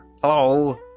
hello